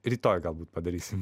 rytoj galbūt padarysim